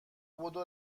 بدو